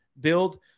build